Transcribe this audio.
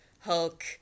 Hulk